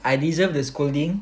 I deserve the scolding